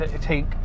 take